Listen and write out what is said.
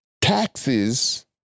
taxes